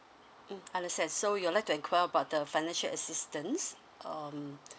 mm understand so you'll like to enquire about the financial assistance um